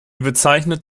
bezeichnet